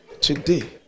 Today